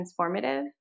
transformative